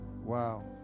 Wow